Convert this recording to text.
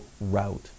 route